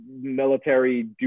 military